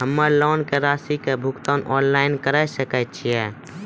हम्मे लोन के रासि के भुगतान ऑनलाइन करे सकय छियै?